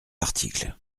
article